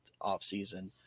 offseason